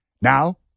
Now